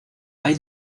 hay